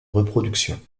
reproduction